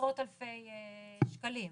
עשרות אלפי שקלים.